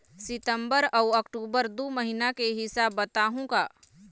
सितंबर अऊ अक्टूबर दू महीना के हिसाब बताहुं का?